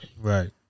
Right